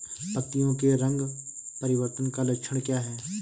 पत्तियों के रंग परिवर्तन का लक्षण क्या है?